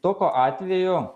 toku atveju